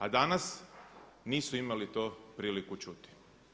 A danas nisu imali to priliku čuti.